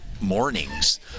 mornings